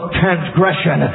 transgression